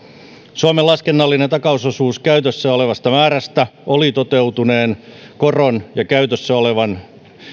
suomen laskennallinen takausosuus käytössä olevasta määrästä oli toteutuneen koron ja käytössä olevan